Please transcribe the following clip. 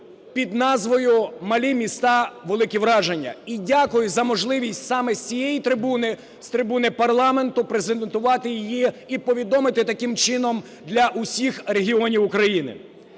під назвою "Малі міста – великі враження". І дякую за можливість саме з цієї трибуни, з трибуни парламенту, презентувати її і повідомити таким чином для усіх регіонів України.